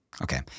Okay